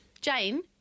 Jane